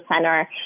center